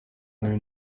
nari